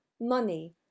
money